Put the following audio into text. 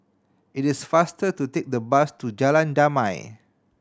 it is faster to take the bus to Jalan Damai